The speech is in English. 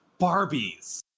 Barbies